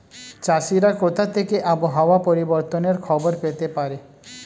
চাষিরা কোথা থেকে আবহাওয়া পরিবর্তনের খবর পেতে পারে?